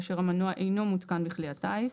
כאשר המנוע אינו מותקן בכלי הטיס.